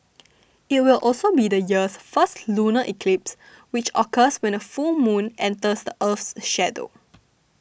it will also be the year's first lunar eclipse which occurs when a full moon enters the Earth's shadow